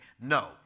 No